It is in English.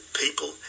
people